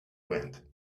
wind